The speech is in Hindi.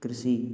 कृषि